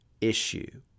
issue